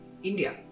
India